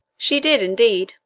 she did, indeed.